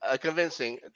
convincing